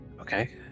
Okay